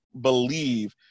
believe